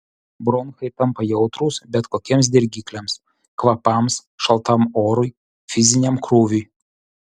bronchai tampa jautrūs bet kokiems dirgikliams kvapams šaltam orui fiziniam krūviui